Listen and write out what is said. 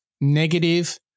negative